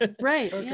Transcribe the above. Right